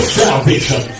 salvation